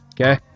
Okay